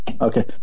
Okay